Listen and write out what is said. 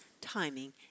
timing